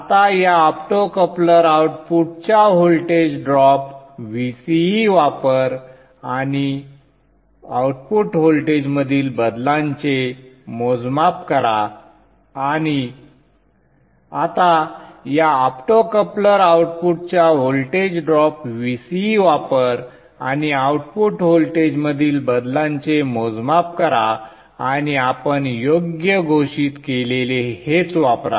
आता या ऑप्टोकपलर आउटपुटच्या व्होल्टेज ड्रॉप Vce वापर आणि आउटपुट व्होल्टेजमधील बदलाचे मोजमाप करा आणि आपण योग्य घोषित केलेले हेच वापरा